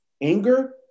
Anger